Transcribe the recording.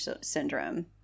syndrome